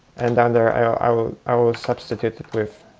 and down there i will i will substitute it with